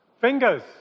fingers